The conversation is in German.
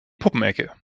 puppenecke